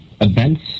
events